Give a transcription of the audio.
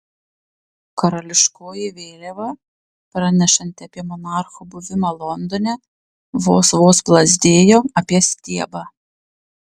karališkoji vėliava pranešanti apie monarcho buvimą londone vos vos plazdėjo apie stiebą